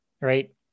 Right